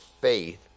faith